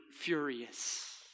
furious